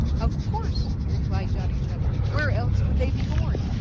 of course, replied johnny chuck. where else would they be born?